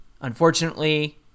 unfortunately